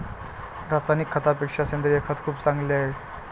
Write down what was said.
रासायनिक खतापेक्षा सेंद्रिय खत खूप चांगले आहे